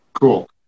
cool